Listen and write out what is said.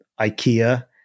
Ikea